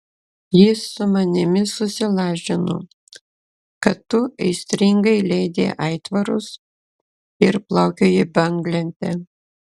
jis su manimi susilažino kad tu aistringai leidi aitvarus ir plaukioji banglente